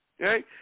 Okay